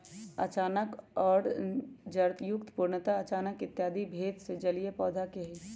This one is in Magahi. अचानक और जड़युक्त, पूर्णतः अचानक इत्यादि भेद भी जलीय पौधवा के हई